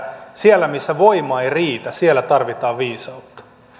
siellä missä voima ei riitä tarvitaan viisautta